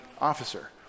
officer